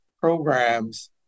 programs